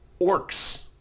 orcs